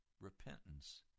repentance